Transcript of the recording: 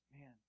man